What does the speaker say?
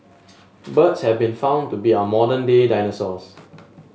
birds have been found to be our modern day dinosaurs